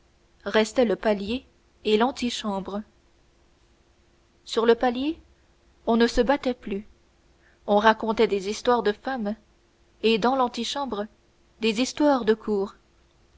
restaient le palier et l'antichambre sur le palier on ne se battait plus on racontait des histoires de femmes et dans l'antichambre des histoires de cour